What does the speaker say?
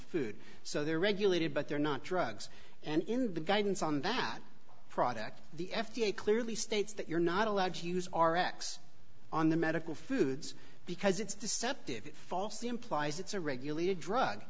food so they're regulated but they're not drugs and in the guidance on that product the f d a clearly states that you're not allowed to use our x on the medical foods because it's deceptive falsely implies it's a regula